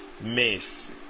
Miss